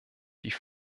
die